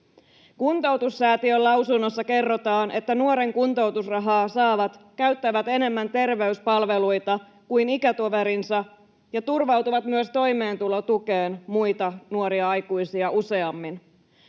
Kuntoutussäätiön lausunnossa kerrotaan, että nuoren kuntoutusrahaa saavat käyttävät enemmän terveyspalveluita kuin ikätoverinsa ja turvautuvat myös toimeentulotukeen muita nuoria aikuisia useammin.